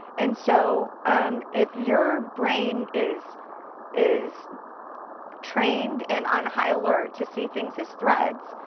and so um if your brain is is trained and on high-alert to see things as threats,